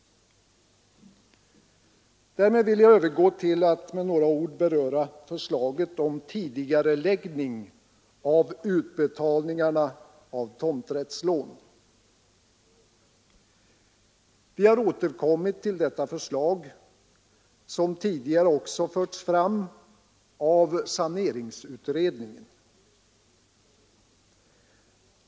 Därmed vill jag övergå till att med några ord beröra förslaget om tidigareläggning av utbetalningarna av tomträttslån. Vi har återkommit till detta förslag, som tidigare också förts fram av saneringsutredningen.